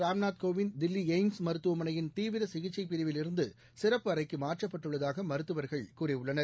ராம்நாத் கோவிந்த் மருத்துவனையின் தீவிரசிகிச்சைப் பிரிவில் இருந்து சிறப்பு அறைக்குமாற்றப்பட்டுள்ளதாகமருத்துவர்கள் கூறியுள்ளனர்